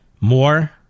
more